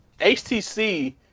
HTC